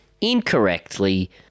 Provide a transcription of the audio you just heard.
incorrectly